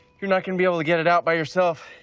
you're not going to be able to get it out by yourself.